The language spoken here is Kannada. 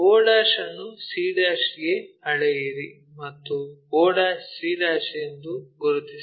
o' ಅನ್ನು c' ಗೆ ಅಳೆಯಿರಿ ಮತ್ತು oc ಎಂದು ಗುರುತಿಸಿ